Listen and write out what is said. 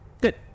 good